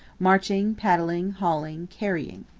marching, paddling, hauling, carrying.